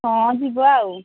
ହଁ ଯିବ ଆଉ